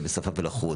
מן השפה ולחוץ,